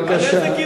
בבקשה.